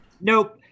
Nope